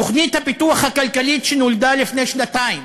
תוכנית הפיתוח הכלכלית שנולדה לפני שנתיים